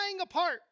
apart